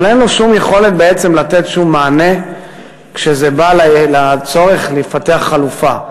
אבל אין לו שום יכולת בעצם לתת שום מענה כשזה בא לצורך לפתח חלופה.